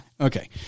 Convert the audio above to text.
Okay